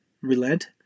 relent